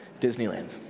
Disneyland